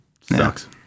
sucks